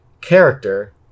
character